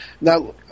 now